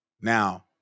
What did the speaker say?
Now